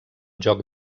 joc